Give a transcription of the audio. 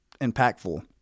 impactful